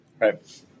Right